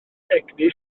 egni